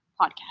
podcast